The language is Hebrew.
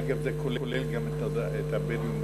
אגב, זה כולל גם את הבדואים בדרום?